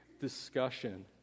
discussion